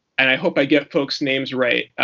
and i hope i get folks' names right.